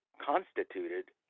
constituted